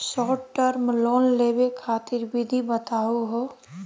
Short term loan लेवे खातीर विधि बताहु हो?